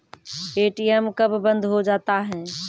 ATM कब बंद हो जाता हैं?